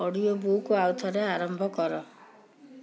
audio book ଆଉ ଥରେ ଆରମ୍ଭ କର